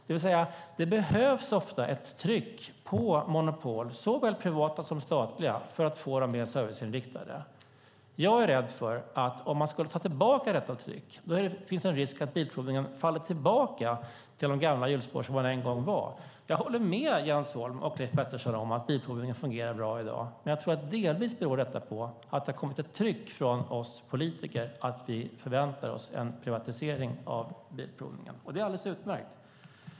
Det behövs alltså ofta ett tryck på monopol, såväl privata som statliga, för att få dem mer serviceinriktade. Jag är rädd för att det om vi skulle ta tillbaka detta tryck finns en risk att Bilprovningen faller tillbaka till de gamla hjulspår man en gång var i. Jag håller med Leif Pettersson och Jens Holm om att Bilprovningen fungerar bra i dag, men jag tror att detta delvis beror på att det har kommit ett tryck från oss politiker att vi förväntar oss en privatisering av Bilprovningen. Det är alldeles utmärkt.